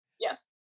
Yes